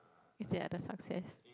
is there other success